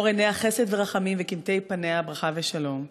אור עיניה חסד ורחמים וקמטי פניה ברכה ושלום".